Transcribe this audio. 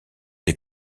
des